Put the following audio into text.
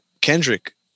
Kendrick